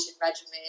regimen